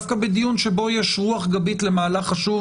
במיוחד בדיון שיש בו רוח גבית למהלך החשוב